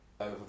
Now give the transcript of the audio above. over